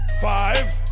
five